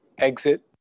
exit